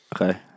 Okay